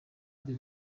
bya